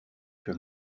sur